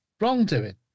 wrongdoing